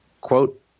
Quote